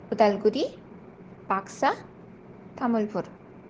Udalguri Baksa Tamulpur